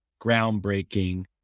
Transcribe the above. groundbreaking